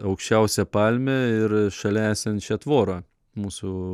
aukščiausią palmę ir šalia esančią tvorą mūsų